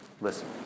listen